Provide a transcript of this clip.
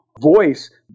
voice